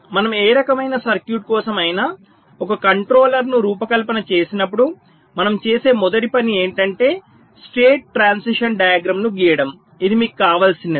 మనము ఏ రకమైన సర్క్యూట్ కోసం అయినా ఒక కంట్రోలర్ ను రూపకల్పన చేసినప్పుడు మనం చేసే మొదటి పని ఏమిటంటే స్టేట్ ట్రాన్సిషన్ డయాగ్రమ్ ను గీయడం ఇది మీకు కావలసినది